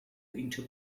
into